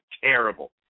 terrible